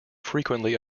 frequently